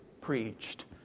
preached